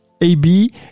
AB